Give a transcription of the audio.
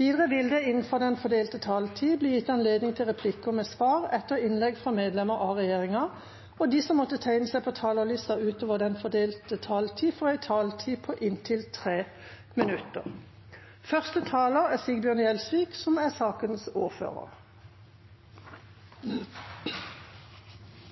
Videre vil det – innenfor den fordelte taletid – bli gitt anledning til inntil seks replikker med svar etter innlegg fra medlemmer av regjeringen. De som måtte tegne seg på talerlisten utover den fordelte taletid, får også en taletid på inntil 3 minutter. Første taler er representanten Tage Pettersen, som er